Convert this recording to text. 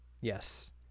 Yes